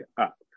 up